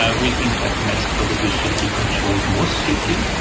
ah we think that nets probably should be controlled more strictly,